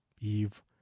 Eve